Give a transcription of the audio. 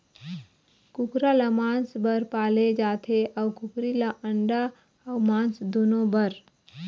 कुकरा ल मांस बर पाले जाथे अउ कुकरी ल अंडा अउ मांस दुनो बर